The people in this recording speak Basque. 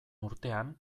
urtean